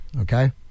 okay